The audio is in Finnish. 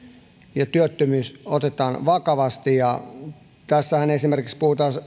ja työttömyys otetaan vakavasti esimerkiksi